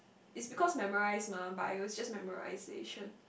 is because memorise mah bio is just memorisation